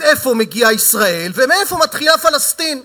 איפה מגיעה ישראל ואיפה מתחילה פלסטין,